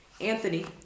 Anthony